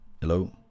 Hello